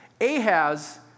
Ahaz